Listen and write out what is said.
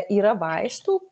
yra vaistų